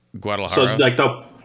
Guadalajara